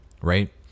right